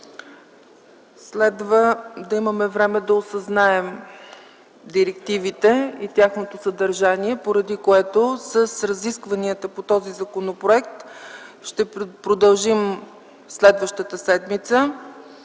следва да имаме време да осъзнаем директивите и тяхното съдържание, поради което с разискванията по този законопроект ще продължим следващата седмица.